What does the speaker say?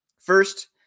First